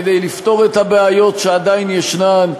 כדי לפתור את הבעיות שעדיין ישנן,